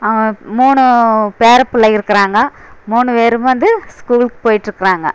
அவங்க மூணு பேர பிள்ளைக இருக்கிறாங்க மூணு பேரும் வந்து ஸ்கூலுக்கு போய்ட்டு இருக்கிறாங்க